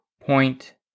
point